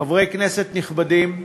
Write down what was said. חברי כנסת נכבדים,